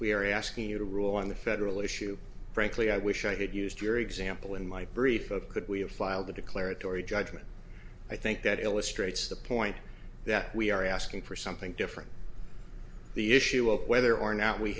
we are asking you to rule on the federal issue frankly i wish i could use your example in my brief of could we have filed the declaratory judgment i think that illustrates the point that we are asking for something different the issue of whether or not we